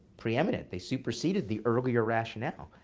preeminent. they superseded the earlier rationale.